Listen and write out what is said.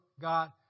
God